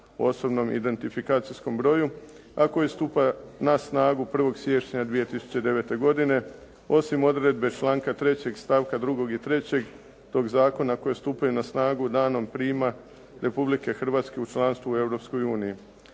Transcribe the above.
osobnom identifikacijskom broju, a koji stupa na snagu 1. siječnja 2009. godine, osim odredbe članka 3. stavka 2. i 3. tog zakona koji stupaju na snagu danom prijma Republike Hrvatsko u članstvo u